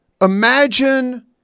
Imagine